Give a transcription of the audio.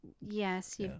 Yes